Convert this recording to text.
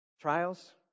Trials